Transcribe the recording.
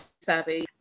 savvy